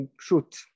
Shoot